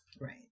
right